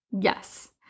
Yes